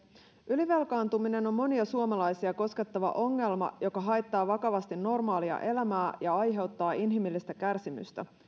ylivelkaantuminen on monia suomalaisia koskettava ongelma joka haittaa vakavasti normaalia elämää ja aiheuttaa inhimillistä kärsimystä